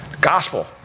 Gospel